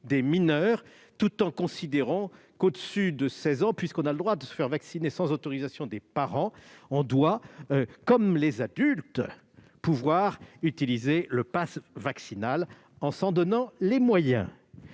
des mineurs et considérons qu'à partir de 16 ans, puisqu'on a le droit de se faire vacciner sans autorisation parentale, on doit, comme les adultes, pouvoir utiliser le passe vaccinal en s'en donnant les moyens.